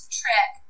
trick